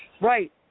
Right